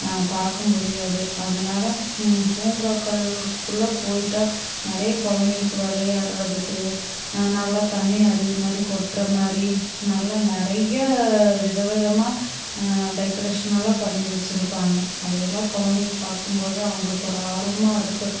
பார்க்க முடியாது அதனால பூங்காக்கள்குள்ளே போயிட்டால் நிறையா குழந்தைகளுக்கு விளையாடுறதுக்கு நல்லா தண்ணி அருவி மாதிரி கொட்டுற மாதிரி நல்லா நிறையா வித விதமாக டெக்ரேஷனெல்லாம் பண்ணி வச்சிருப்பாங்க அதையெல்லாம் குழந்தைக பார்க்கும் போது அவங்களுக்கு ஒரு ஆர்வமாக இருக்கும்